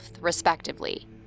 respectively